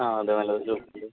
ആ അതാണ് നല്ലത്